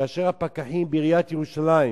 כאשר הפקחים בעיריית ירושלים